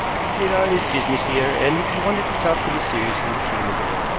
he did all his business here, and if he wanted to talk to me seriously we came in here.